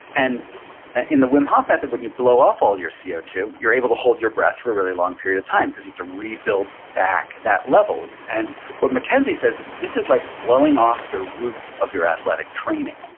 and in the wim hof method, when you blow off all your c o two, you're able to hold your breath for a really long period of time, cause you have to re-build back that level. and what mackenzie says, this is like blowing off the roof of your athletic training.